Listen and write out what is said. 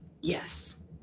Yes